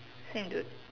can do it